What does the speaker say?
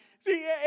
See